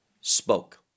spoke